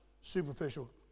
superficial